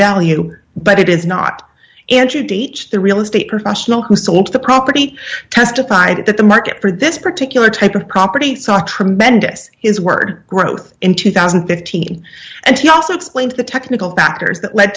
value but it is not answered each the real estate professional who sold the property testified that the market for this particular type of property saw tremendous his word growth in two thousand and fifty and he also explained the technical factors that led